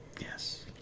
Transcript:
Yes